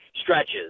stretches